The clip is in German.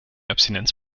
abstinenz